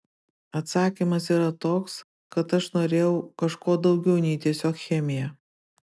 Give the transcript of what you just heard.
atsakymas yra toks kad aš norėjau kažko daugiau nei tiesiog chemija